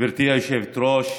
גברתי היושבת-ראש,